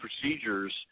procedures